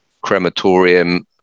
crematorium